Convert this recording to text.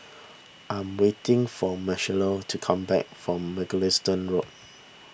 I am waiting for Marcela to come back from Mugliston Road